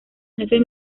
jefe